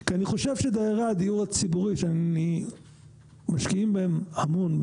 כי אני חושב שדיירי הדיור הציבורי שמשקיעים בהם המון,